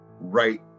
right